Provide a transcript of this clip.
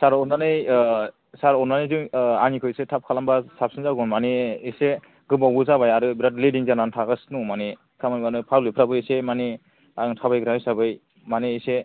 सार अननानै सार अननानै आंनिखौ एसे थाब खालामबा साबसिन जागौमोन माने एसे गोबावबो जाबाय आरो बिराद लेदिं जानानै थागासिन दङ माने खामानिफ्राबो पाब्लिक फ्राबो एसे माने आं थाबायग्रा हिसाबै माने एसे